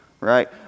right